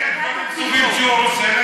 יש דברים טובים שהוא עושה,